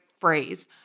phrase